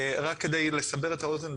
רק כדי לסבר את האוזן,